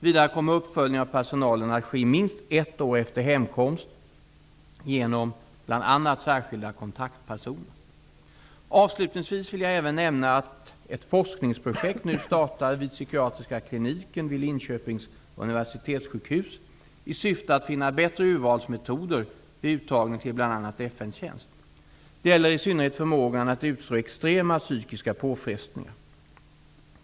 Vidare kommer uppföljning av personalen att ske i minst ett år efter hemkomst genom bl.a. Avslutningsvis vill jag även nämna att ett forskningsprojekt nu startar vid psykiatriska kliniken vid Linköpings universitetssjukhus i syfte att finna bättre urvalsmetoder vid uttagning till bl.a. FN-tjänst. Det gäller i synnerhet förmågan att utstå extrema psykiska påfrestningar.